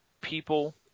people